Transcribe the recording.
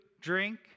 drink